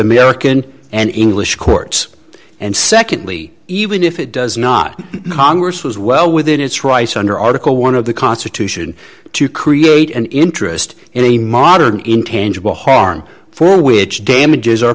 american and english courts and secondly even if it does not congress was well within its rights under article one of the constitution to create an interest in a modern intangible harm for which damages